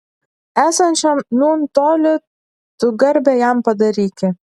esančiam nūn toli tu garbę jam padaryki